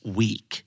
week